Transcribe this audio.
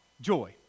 joy